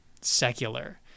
secular